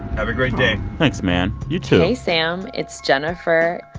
have a great day thanks, man. you, too hey, sam. it's jennifer.